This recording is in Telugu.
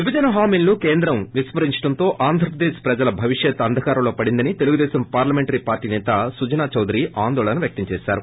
విభజన హామీలను కేంద్రం విస్మ రించడంతో ఆంధ్రప్రదేశ్ ప్రజల భవిష్యత్ అంధకారంలో పడిందని తెలుగుదేశం పార్లమెంటరీ పార్టీ నేత సుజనా చౌదరి ఆందోళన వ్యక్తం చేశారు